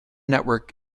network